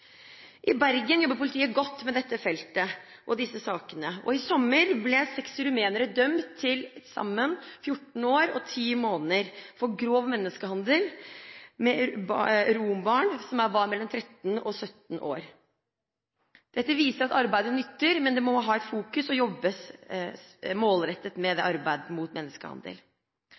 I Bergen jobber politiet godt med dette feltet og disse sakene, og i sommer ble seks rumenere dømt til til sammen 14 år og 10 måneder for grov menneskehandel med rombarn som var mellom 13 og 17 år. Dette viser at arbeidet nytter, men det må ha et fokus, og det må jobbes målrettet